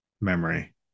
memory